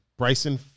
Bryson